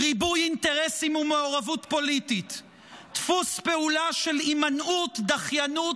"ריבוי אינטרסים ומעורבות פוליטית"; "דפוס פעולה של הימנעות"; דחיינות